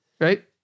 right